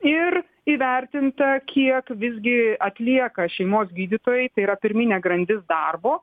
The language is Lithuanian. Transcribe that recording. ir įvertinta kiek visgi atlieka šeimos gydytojai tai yra pirminė grandis darbo